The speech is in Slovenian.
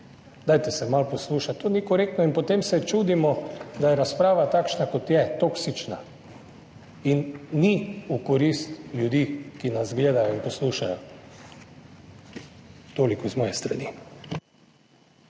Dajte se malo poslušati. To ni korektno in potem se čudimo, da je razprava takšna, kot je, toksična, in ni v korist ljudem, ki nas gledajo in poslušajo. Toliko z moje strani.